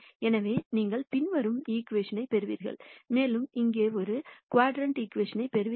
எனவே நீங்கள் பின்வரும் ஈகிவேஷன் பெறுவீர்கள் மேலும் இங்கே ஒரு க்வாட்ரெடிக் ஈகிவேஷன் பெறுவீர்கள்